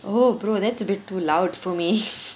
oh brother that's a bit too loud for me